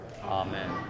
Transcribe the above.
Amen